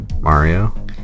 mario